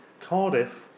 Cardiff